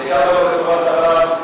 לכבוד הרב,